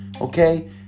okay